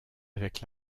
avec